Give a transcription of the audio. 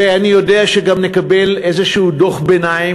ואני יודע שגם נקבל איזשהו דוח ביניים,